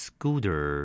Scooter